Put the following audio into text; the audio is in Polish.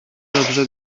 dobrze